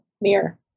mirror